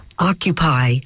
Occupy